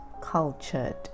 cultured